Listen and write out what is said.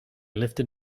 lifted